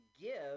give